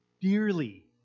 dearly